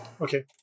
Okay